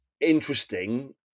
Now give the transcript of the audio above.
interesting